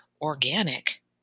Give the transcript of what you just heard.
organic